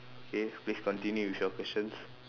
okay please continue with your questions